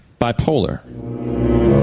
bipolar